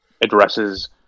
addresses